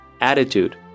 Attitude